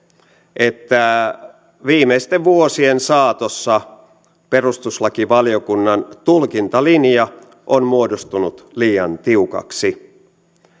että viimeisten vuosien saatossa perustuslakivaliokunnan tulkintalinja on muodostunut liian tiukaksi